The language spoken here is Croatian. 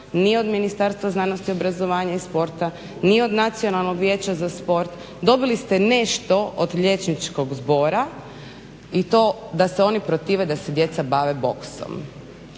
ni od Ministarstva znanosti, obrazovanja i sporta, ni od Nacionalnog vijeća za sport. Dobili ste nešto od liječničkog zbora i to da se oni protive da se djeca bave boksom.